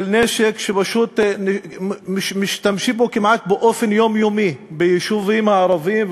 נשק שמשתמשים בו כמעט באופן יומיומי ביישובים הערביים,